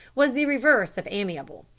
was the reverse of amiable,